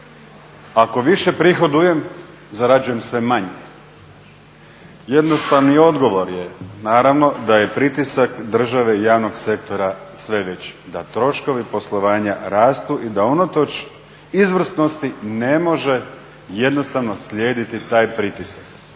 ako više prihodujem zarađujem sve manje. Jednostavni odgovor da je pritisak države i javnog sektora sve veći, da troškovi poslovanja rastu i da unatoč izvrsnosti ne može jednostavno slijediti taj pritisak.